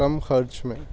کم خرچ میں